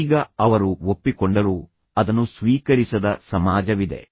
ಈಗ ಅವರು ಒಪ್ಪಿಕೊಂಡರೂ ಅದನ್ನು ಸ್ವೀಕರಿಸದ ಸಮಾಜವಿದೆ